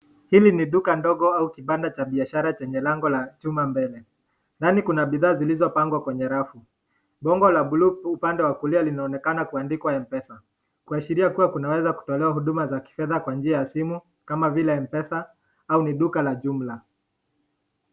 Hili ni duka ndogo au kipanda cha chenye lango la chuma mbele kando Kuna bidhaa zilizopakwa kwa rafu, pango wa bluu upande wa kulia linaonekana limeandikwa mpesa kuashiria kunaweza kutolewa pesa kwa njia ya simu kama vile mpesa au ni duka la jumla.